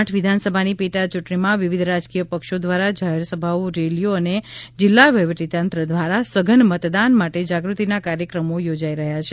આઠ વિધાનસભાની પેટાચૂંટણીમાં વિવિધ રાજકીય પક્ષો દ્વારા જાહેરસભાઓ રેલીઓ અને જીલ્લા વહીવટીતંત્ર દ્વારા સઘન મતદાન માટે જાગૃતિના કાર્યક્રમો યોજાઇ રહ્યાં છે